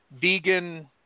vegan